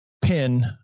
pin